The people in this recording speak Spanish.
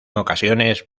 ocasiones